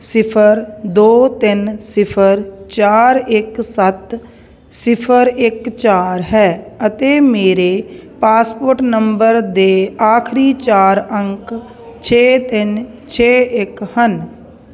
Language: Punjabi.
ਸਿਫ਼ਰ ਦੋ ਤਿੰਨ ਸਿਫ਼ਰ ਚਾਰ ਇੱਕ ਸੱਤ ਸਿਫ਼ਰ ਇੱਕ ਚਾਰ ਹੈ ਅਤੇ ਮੇਰੇ ਪਾਸਪੋਰਟ ਨੰਬਰ ਦੇ ਆਖਰੀ ਚਾਰ ਅੰਕ ਛੇ ਤਿੰਨ ਛੇ ਇੱਕ ਹਨ